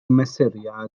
mesuriad